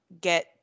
get